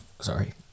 sorry